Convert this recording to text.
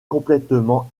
complètement